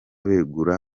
begura